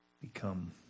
become